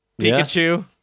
Pikachu